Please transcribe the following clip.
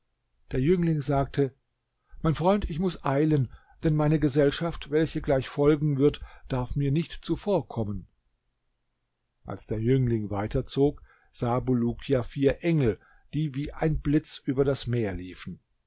der jüngling sagte mein freund ich muß eilen denn meine gesellschaft welche gleich folgen wird darf mir nicht zuvorkommen als der jüngling weiterzog sah bulukia vier engel die wie ein blitz über das meer liefen